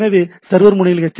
எனவே சர்வர் முனையில் எச்